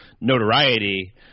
notoriety